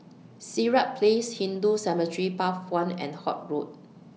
Sirat Place Hindu Cemetery Path one and Holt Road